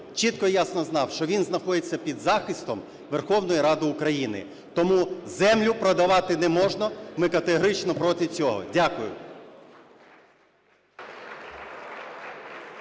чітко і ясно знав, що він знаходиться під захистом Верховної Ради України. Тому землю продавати не можна, ми категорично проти цього. Дякую.